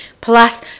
Plus